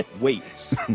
weights